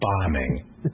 bombing